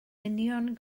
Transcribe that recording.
union